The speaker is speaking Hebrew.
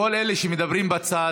כל אלה שמדברים בצד,